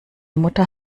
mutter